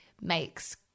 makes